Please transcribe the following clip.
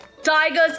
Tigers